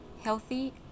healthy